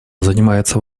занимается